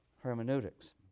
hermeneutics